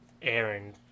Aaron